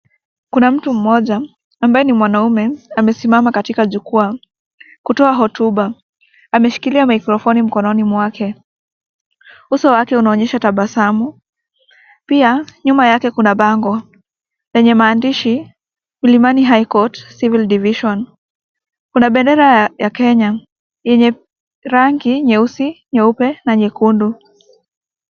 Kuna mtu mmoja ambaye ni mwanaume amesimama katika jukwa kutoa hotuba , ameshikilia mikrofoni mkononi mwake ,uso wake unaonyesha tabasamu pia nyuma yake kuna bango lenye maandishi , Milimani High Court Civil Division , kuna bendera ya Kenya yenye rangi nyeusi, nyeupe na nyekundu.